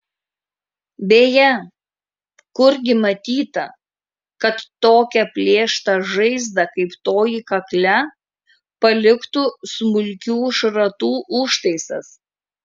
beje kurgi matyta kad tokią plėštą žaizdą kaip toji kakle paliktų smulkių šratų užtaisas